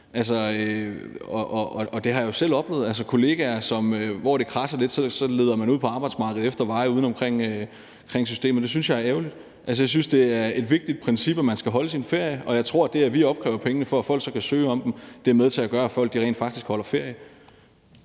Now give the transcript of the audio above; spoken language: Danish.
Jeg har selv oplevet kollegaer, som, når det kradser lidt, går ud på arbejdsmarkedet og leder efter veje uden om systemet, og det synes jeg er ærgerligt. Jeg synes, det er et vigtigt princip, at man skal holde sin ferie, og jeg tror, at det, at vi opkræver pengene, for at folk så kan søge om dem, er med til at gøre, at folk rent faktisk holder ferie.